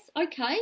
okay